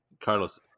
Carlos